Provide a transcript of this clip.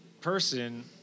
person